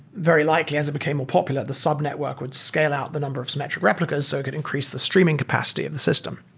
very likely as it became more popular, the sub-network would scale out the number of symmetric replicas so it could increase the streaming capacity of the system.